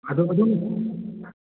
ꯑꯗꯣ ꯑꯗꯨꯝ